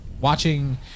watching